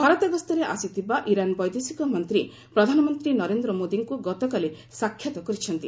ଭାରତ ଗସ୍ତରେ ଆସିଥିବା ଇରାନ୍ ବୈଦେଶିକ ମନ୍ତ୍ରୀ ପ୍ରଧାନମନ୍ତ୍ରୀ ନରେନ୍ଦ୍ର ମୋଦିଙ୍କୁ ଗତକାଲି ସାକ୍ଷାତ୍ କରିଛନ୍ତି